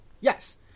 Yes